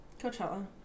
coachella